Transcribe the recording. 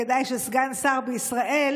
כדאי שסגן שר בישראל